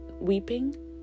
weeping